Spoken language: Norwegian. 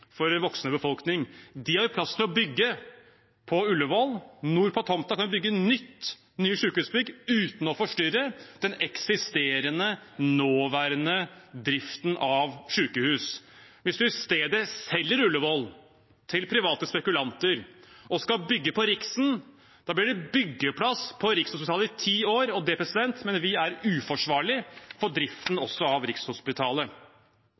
for en voksende befolkning. Disse har vi plass til å bygge på Ullevål. Nord på tomta kan man bygge nye sykehusbygg uten å forstyrre den eksisterende, nåværende driften av sykehuset. Hvis man i stedet selger Ullevål til private spekulanter og skal bygge på Riksen, blir det byggeplass på Rikshospitalet i ti år, og det mener vi er uforsvarlig for driften av Rikshospitalet.